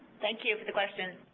thank you for the question.